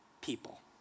people